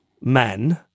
men